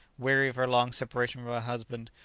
weary of her long separation from her husband,